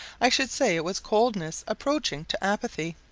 i should say it was coldness approaching to apathy.